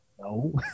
No